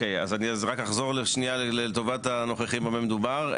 אז אני רק אחזור שניה לטובת הנוכחים על מה מדובר.